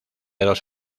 dos